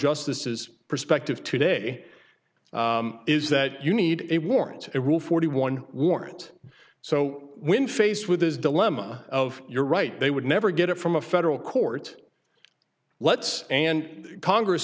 justice is perspective today is that you need a warrant it will forty one warrant so when faced with this dilemma of you're right they would never get it from a federal court let's and congress